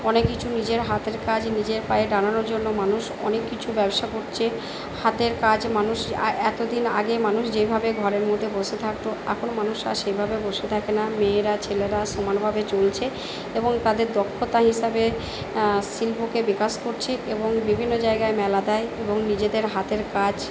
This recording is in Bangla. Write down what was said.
অনেক কিছু নিজের হাতের কাজ নিজের পায়ে দাঁড়ানোর জন্য মানুষ অনেক কিছু ব্যবসা করছে হাতের কাজ মানুষ এতদিন আগে মানুষ যেভাবে ঘরের মধ্যে বসে থাকতো এখনো মানুষ আর সেভাবে বসে থাকে না মেয়েরা ছেলেরা সমানভাবে চলছে এবং তাদের দক্ষতা হিসাবে শিল্পকে বিকাশ করছে এবং বিভিন্ন জায়গায় মেলা দেয় এবং নিজেদের হাতের কাজ